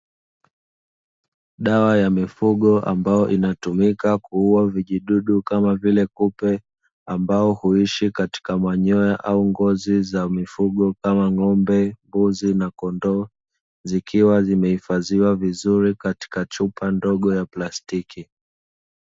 Dawa ya mifugo ambayo inatumika kuua vijidudu kama vile kupe, ambao huishi katika manyoya au ngozi za mifugo kama ng'ombe, mbuzi na kondoo zikiwa zimehifadhiwa vizuri, katika chupa ndogo ya plastiki.